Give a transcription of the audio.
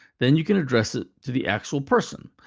then you can address it to the actual person,